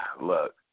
Look